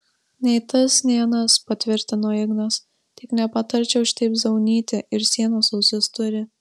nei tas nei anas patvirtino ignas tik nepatarčiau šitaip zaunyti ir sienos ausis turi